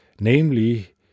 namely